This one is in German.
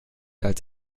als